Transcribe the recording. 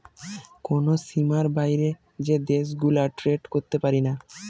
কোন সীমার বাইরে যে দেশ গুলা ট্রেড করতে পারিনা